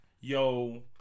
Yo